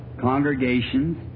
congregations